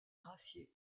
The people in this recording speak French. gracié